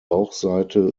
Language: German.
bauchseite